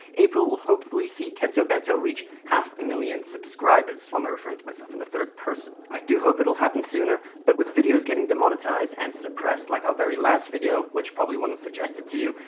april will hopefully see kento bento reach half a million subscribers. why am i referring to myself in the third-person? i do hope it will happen sooner, but with videos getting demonetized and suppressed like our very last video, which probably wasn't suggested to you,